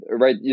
right